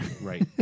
Right